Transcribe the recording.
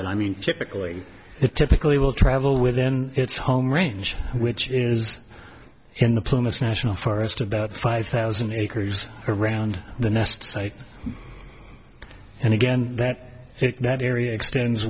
but i mean typically it typically will travel within its home range which is in the planet's national forest about five thousand acres around the nest site and again that that area extends